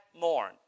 mourn